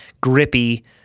grippy